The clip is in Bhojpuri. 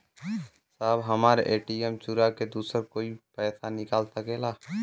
साहब हमार ए.टी.एम चूरा के दूसर कोई पैसा निकाल सकेला?